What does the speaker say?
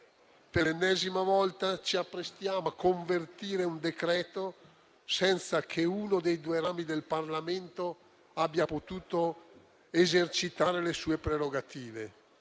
per l'ennesima volta ci apprestiamo a convertire un decreto-legge senza che uno dei due rami del Parlamento abbia potuto esercitare le sue prerogative.